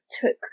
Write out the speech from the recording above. took